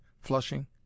flushing